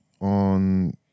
on